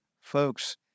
Folks